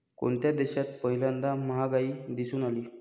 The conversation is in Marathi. कोणत्या देशात पहिल्यांदा महागाई दिसून आली?